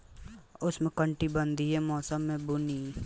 उष्णकटिबंधीय मौसम में बुनी वाला जगहे आवेला जइसे ऐजा धान के खेती ढेर होखेला